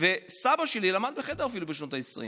וסבא שלי למד בחדר אפילו בשנות העשרים.